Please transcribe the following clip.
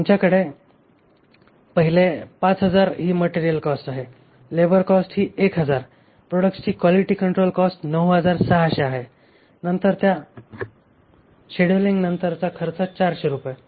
आमच्याकडे पहिले 5000 ही मटेरियल कॉस्ट आहे लेबर कॉस्ट ही 1000 प्रोडक्ट्सची क्वालिटी कंट्रोल कॉस्ट 9600 आहे नंतर या शेड्यूलिंगनंतरचा खर्च 400 रुपये